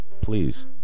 Please